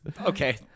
Okay